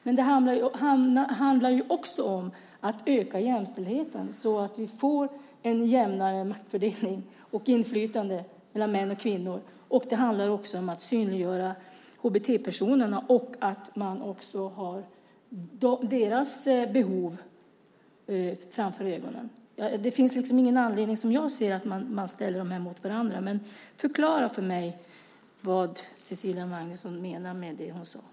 Men det handlar också om att öka jämställdheten så att vi får en jämnare maktfördelning och ett jämnare inflytande mellan män och kvinnor. Det handlar dessutom om att synliggöra HBT-personerna och om att ha också deras behov för ögonen. Som jag ser det finns det ingen anledning att ställa de här grupperna mot varandra. Jag vill att Cecilia Magnusson förklarar för mig vad hon menade med det hon sade.